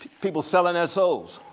people selling their souls.